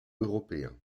européen